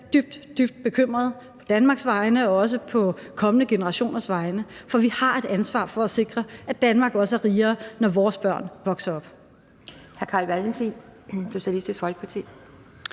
dybt, dybt bekymret på Danmarks vegne og også på kommende generationers vegne, for vi har et ansvar for at sikre, at Danmark også er rigere, når vores børn vokser op.